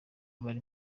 bari